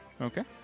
Okay